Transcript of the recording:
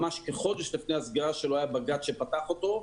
ממש כחודש לפני הסגירה שלו היה בג"צ שפתח אותו,